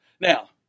Now